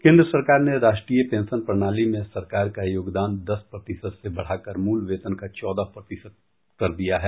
केन्द्र सरकार ने राष्ट्रीय पेंशन प्रणाली में सरकार का योगदान दस प्रतिशत से बढ़ाकर मूल वेतन का चौदह प्रतिशत कर दिया है